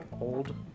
old